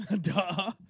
Duh